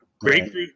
Grapefruit